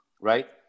right